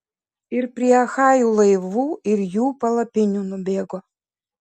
ir prie achajų laivų ir jų palapinių nubėgo